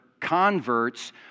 converts